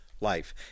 life